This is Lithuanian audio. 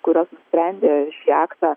kurios nusprendė šį aktą